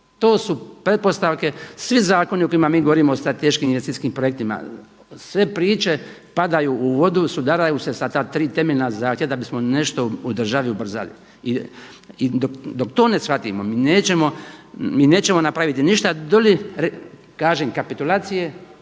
To su pretpostavke svi zakoni o kojima mi govorimo o strateškim investicijskim projektima, sve priče padaju u vodu, sudaraju se sa tri temeljna zahtjeva da bismo nešto u državi ubrzali. I dok to ne shvatimo mi nećemo napraviti ništa do li kažem kapitulacije